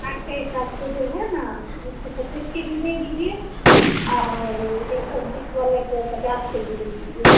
आठ के हिसाब से जो है न उसको पचीस के जी दे दीजिए और एक सौ बीस वाला जो है पचास के जी दे दीजिए